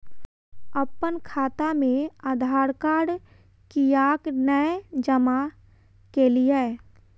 अप्पन खाता मे आधारकार्ड कियाक नै जमा केलियै?